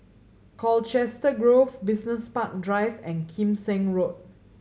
Colchester Grove Business Park Drive and Kim Seng Road